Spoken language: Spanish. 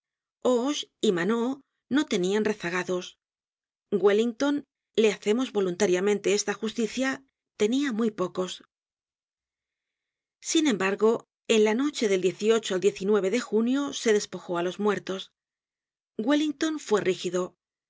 y maneau no tenían rezagados wellington le hacemos voluntariamente esta justicia tenia muy pocos content from google book search generated at sin embargo en la noche del al de junio se despojó á los muertos wellington fue rígido